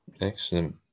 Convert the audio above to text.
excellent